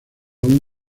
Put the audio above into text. aún